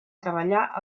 treballar